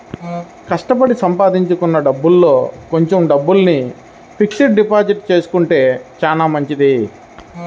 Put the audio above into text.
కష్టపడి సంపాదించుకున్న డబ్బుల్లో కొంచెం డబ్బుల్ని ఫిక్స్డ్ డిపాజిట్ చేసుకుంటే చానా మంచిది